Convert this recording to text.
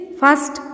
first